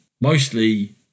Mostly